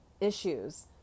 issues